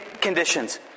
conditions